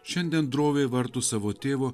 šiandien droviai varto savo tėvo